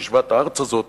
שיישבה את הארץ הזאת